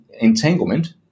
entanglement